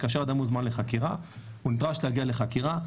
כאשר אדם מוזמן לחקירה הוא נדרש להגיע לחקירה.